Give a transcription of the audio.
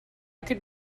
could